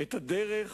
את הדרך